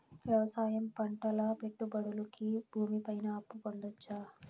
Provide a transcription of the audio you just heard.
వ్యవసాయం పంటల పెట్టుబడులు కి భూమి పైన అప్పు పొందొచ్చా?